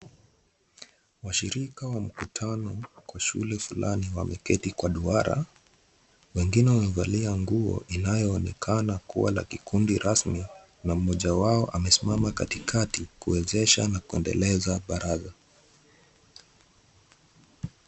Washirika wa mkutano kwa shule fulani wameketi kwa duara wengine wamevalia nguo inayoonekana kuwa la kikundi rasmi na mmoja wao amesimama katikati kuwezesha na kuendeleza baraza.